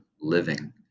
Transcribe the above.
living